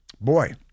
Boy